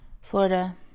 Florida